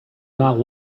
not